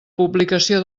publicació